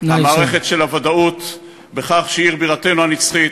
המערכת של הוודאות בכך שהיא עיר בירתנו הנצחית,